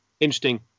interesting